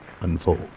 ...unfold